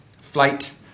flight